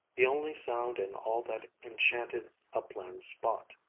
the only sound in all that enchanted upland spot.